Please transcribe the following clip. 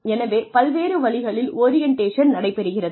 எனவே பல்வேறு வழிகளில் ஓரியன்டேஷன் நடைபெறுகிறது